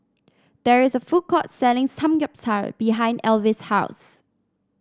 there is a food court selling Samgeyopsal behind Elvis' house